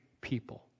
people